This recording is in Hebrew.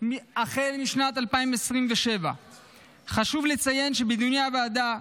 החל משנת 2027. חשוב לציין שבדיוני הוועדה,